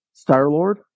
Star-Lord